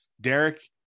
Derek